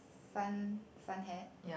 sun sun hat